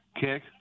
kick